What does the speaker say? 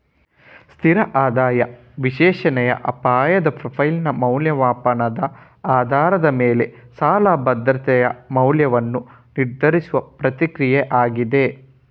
ಸ್ಥಿರ ಆದಾಯ ವಿಶ್ಲೇಷಣೆಯ ಅಪಾಯದ ಪ್ರೊಫೈಲಿನ ಮೌಲ್ಯಮಾಪನದ ಆಧಾರದ ಮೇಲೆ ಸಾಲ ಭದ್ರತೆಯ ಮೌಲ್ಯವನ್ನು ನಿರ್ಧರಿಸುವ ಪ್ರಕ್ರಿಯೆಯಾಗಿದೆ